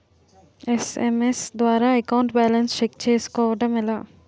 SMS ద్వారా account balance check చేసుకోవటం ఎలా?